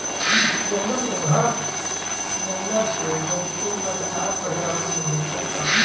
जंगल के घट गइला से बहुते बदलाव पर्यावरण में दिखता